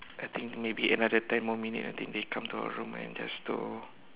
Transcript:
I think maybe another ten more minute I think they come to our room and just to